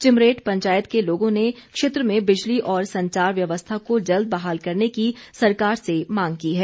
चिमरेट पंचायत के लोगों ने क्षेत्र में बिजली और संचार व्यवस्था को जल्द बहाल करने की सरकार से मांग की है